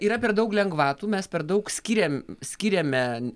yra per daug lengvatų mes per daug skyrėm skiriame